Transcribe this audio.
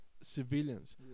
civilians